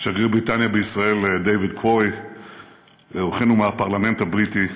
שגריר בריטניה בישראל דייוויד קוורי ואורחינו מהפרלמנט הבריטי,